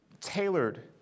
tailored